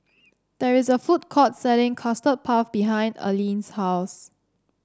there is a food court selling Custard Puff behind Aline's house